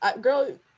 Girl